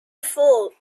before